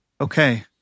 okay